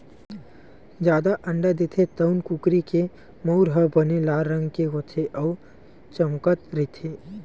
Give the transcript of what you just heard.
जादा अंडा देथे तउन कुकरी के मउर ह बने लाल रंग के होथे अउ चमकत रहिथे